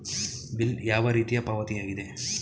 Bill ಯಾವ ರೀತಿಯ ಪಾವತಿಯಾಗಿದೆ?